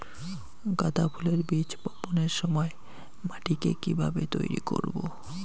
গাদা ফুলের বীজ বপনের সময় মাটিকে কিভাবে তৈরি করব?